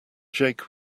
jake